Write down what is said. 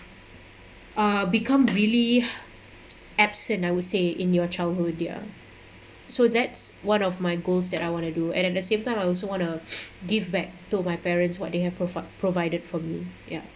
uh become really absent I would say in your childhood there so that's one of my goals that I want to do at the same time I also want to give back to my parents what they have provi~ provided for me ya